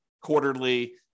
quarterly